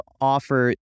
offer